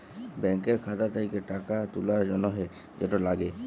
ব্যাংকের খাতা থ্যাকে টাকা তুলার জ্যনহে যেট লাগে